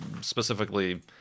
specifically